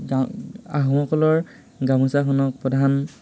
গা আহোমসকলৰ গামোচাখনক প্ৰধান